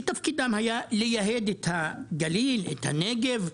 שתפקידם היה לייהד את הגליל, את הנגב,